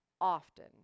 often